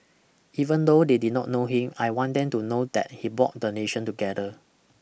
even though they did not know him I want them to know that he bought the nation together